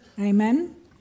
Amen